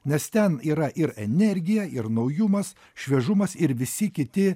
nes ten yra ir energija ir naujumas šviežumas ir visi kiti